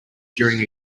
during